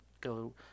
go